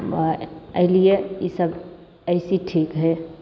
आ एहि लिए ईसब ऐसे ठीक हय